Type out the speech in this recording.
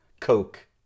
Coke